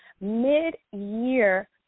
mid-year